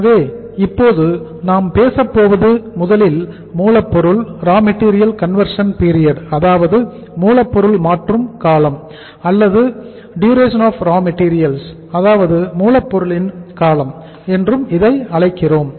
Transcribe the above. எனவே இப்போது நாம் பேசப்போவது முதலில் மூலப்பொருள் ரா மெட்டீரியல் கன்வர்ஷன் பீரியட் அதாவது மூலப்பொருளின் காலம் என்றும் இதை அழைக்கிறோம்